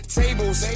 tables